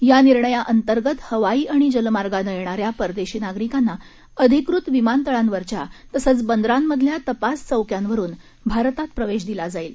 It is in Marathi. या निर्णया अंतर्गत हवाई आणि जल मार्गानं येणाऱ्या परदेशी नागरिकांना अधिकृत विमानतळांवरच्या तसंच बंदरांमधल्या तपास चौक्यांवरून भारतात प्रवेश दिला जाईल